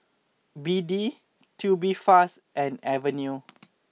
B D Tubifast and Avene